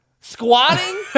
Squatting